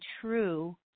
true